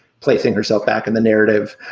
placing herself back in the narrative.